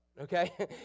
okay